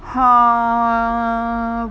hmm